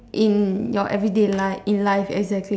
in your everyday life in life exactly